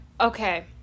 okay